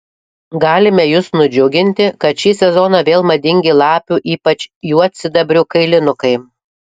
galime jus nudžiuginti kad šį sezoną vėl madingi lapių ypač juodsidabrių kailinukai